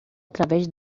através